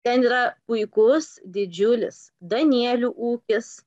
ten yra puikus didžiulis danielių ūkis